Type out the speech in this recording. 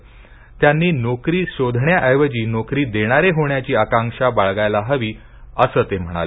त्यांनी नोकरी शोधण्याऐवजी नोकरी देणारे होण्याची आकांक्षा बाळगायला हवी असे ते म्हणाले